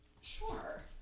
sure